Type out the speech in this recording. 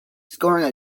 scoring